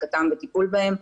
החזקתם וטיפול בהם,